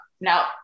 now